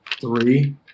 Three